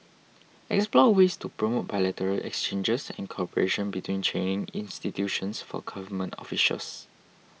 explore ways to promote bilateral exchanges and cooperation between training institutions for government officials